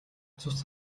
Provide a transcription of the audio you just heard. цус